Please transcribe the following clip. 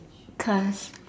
because